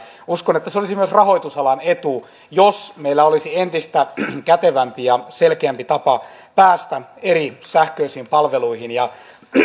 uskon että se olisi myös rahoitusalan etu jos meillä olisi entistä kätevämpi ja selkeämpi tapa päästä eri sähköisiin palveluihin ja